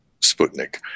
Sputnik